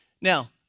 Now